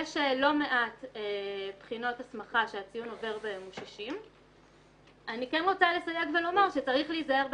יש לא מעט בחינות הסמכה שהציון עובר בהן הוא 60. אני כן רוצה לסייג ולומר שצריך להיזהר בהשוואות,